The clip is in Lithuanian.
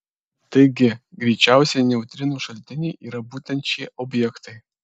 taigi greičiausiai neutrinų šaltiniai yra būtent šie objektai